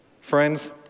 Friends